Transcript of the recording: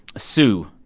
sue,